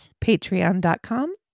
Patreon.com